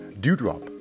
Dewdrop